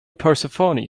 persephone